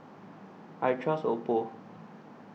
I Trust Oppo